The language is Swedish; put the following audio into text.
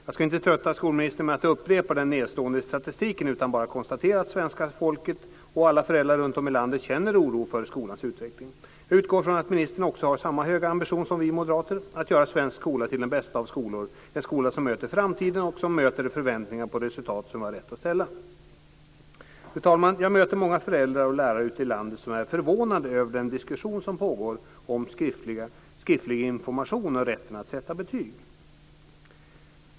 Jag ska inte trötta skolministern med att upprepa den nedslående statistiken utan bara konstatera att svenska folket och alla föräldrar runtom i landet känner oro för skolans utveckling. Jag utgår från att ministern också har samma höga ambition som vi moderater, att göra svensk skola till den bästa av skolor, en skola som möter framtiden och som möter förväntningar på resultat som vi har rätt att ställa krav på. Fru talman! Jag möter många föräldrar och lärare ute i landet som är förvånade över den diskussion som pågår om skriftlig information och om rätten att sätta betyg.